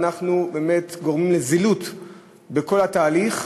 אנחנו באמת גורמים לזילות בכל התהליך.